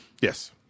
yes